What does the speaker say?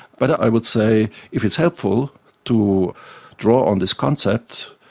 but i would say if it's helpful to draw on this concept,